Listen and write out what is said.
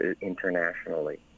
internationally